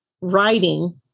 writing